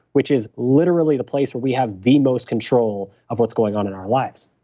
which is literally the place where we have the most control of what's going on in our lives